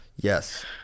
yes